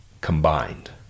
combined